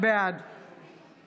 בעד